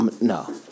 No